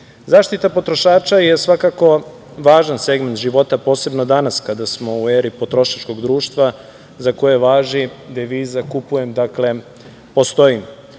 EU.Zaštita potrošača je svakako važan segment života, posebno danas kada smo u eri potrošačkog društva za koje važi deviza - kupujem, dakle